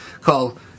called